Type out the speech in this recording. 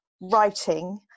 writing